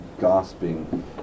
gasping